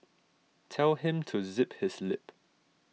tell him to zip his lip